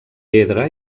pedra